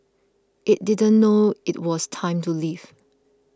it didn't know it was time to leave